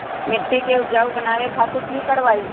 मिट्टी के उपजाऊ बनावे खातिर की करवाई?